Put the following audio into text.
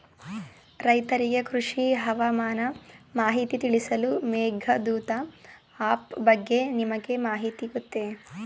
ರೈತರಿಗೆ ಕೃಷಿ ಹವಾಮಾನ ಮಾಹಿತಿ ತಿಳಿಸುವ ಮೇಘದೂತ ಆಪ್ ಬಗ್ಗೆ ತಮಗೆ ಮಾಹಿತಿ ಗೊತ್ತೇ?